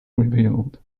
revealed